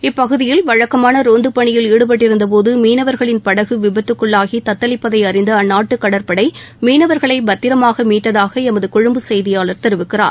இப்பகுதியில் வழக்கமான ரோந்து பணியில் ஈடுபட்டிருந்தபோது மீனவர்களின் படகு விபத்துக்குள்ளாகி தத்தளிப்பதை அறிந்த அந்நாட்டு கடற்படை மீனவர்களை பத்திரமாக மீட்டதாக எமது கொழும்பு செய்தியாளர் தெரிவிக்கிறார்